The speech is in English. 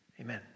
Amen